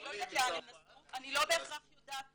אני לא יודעת לאן הם נסעו בהכרח עליזה,